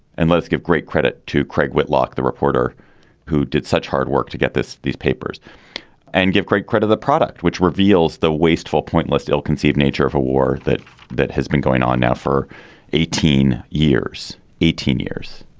and let's give great credit to craig whitlock, the reporter who did such hard work to get this these papers and give great credit, the product which reveals the wasteful, pointless, ill conceived nature of a war that that has been going on now for eighteen years, eighteen years,